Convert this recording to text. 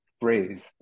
phrase